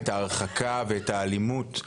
את ההרחקה ואת האלימות,